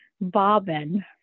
bobbin